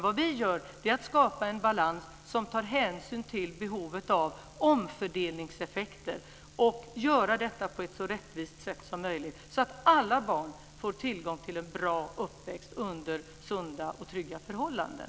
Vad vi gör är att vi skapar en balans som tar hänsyn till behovet av omfördelningseffekter, och vi försöker göra det på ett så rättvist sätt som möjligt så att alla barn får tillgång till en bra uppväxt under sunda och trygga förhållanden.